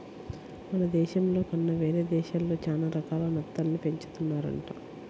మన దేశంలో కన్నా వేరే దేశాల్లో చానా రకాల నత్తల్ని పెంచుతున్నారంట